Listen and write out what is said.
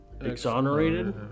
Exonerated